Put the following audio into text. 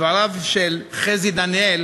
דבריו של חזי דניאל